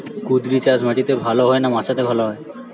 কুঁদরি চাষ মাটিতে ভালো হয় না মাচাতে ভালো হয়?